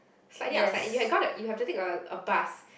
slightly outside and you got you have to take a a bus